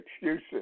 excuses